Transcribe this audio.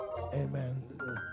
Amen